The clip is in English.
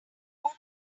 more